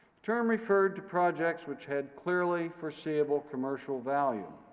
term referred to projects which had clearly foreseeable commercial value.